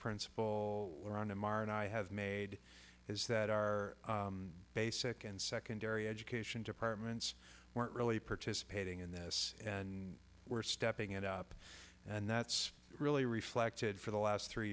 principal around tomorrow and i have made is that our basic and secondary education departments weren't really participating in this and we're stepping it up and that's really reflected for the last three